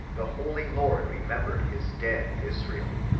the holy lord remembered his dead israel,